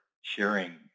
sharing